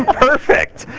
ah perfect.